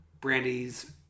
Brandy's